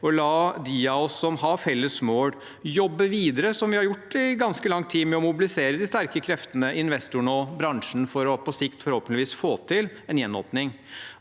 la de av oss som har felles mål, jobbe videre, som vi har gjort i ganske lang tid, med å mobilisere de sterke kreftene, investorene og bransjen for på sikt forhåpentligvis å få til en gjenåpning.